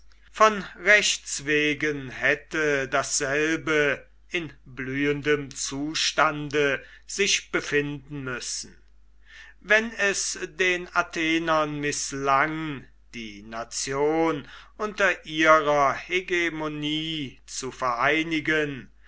von rechts wegen hätte dasselbe in blühendem zustande sich befinden müssen wenn es den athenern mißlang die nation unter ihrer hegemonie zu vereinigen